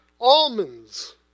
almonds